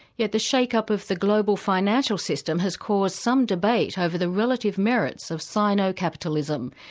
yet the shake-up of the global financial system has caused some debate over the relative merits of sino-capitalism,